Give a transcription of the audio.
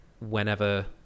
Whenever